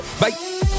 Bye